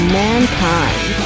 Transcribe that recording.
mankind